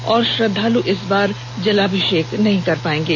और श्रद्धालु इस बार जलाभिषेक नहीं कर पाएंगे